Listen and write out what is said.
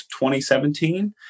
2017